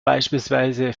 beispielsweise